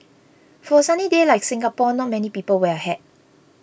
for a sunny day like Singapore not many people wear a hat